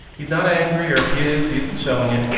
he's not angry or if he is, he isn't showing it.